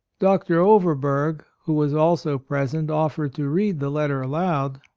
dr. overberg, who was also present, offered to read the letter aloud,